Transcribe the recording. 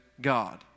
God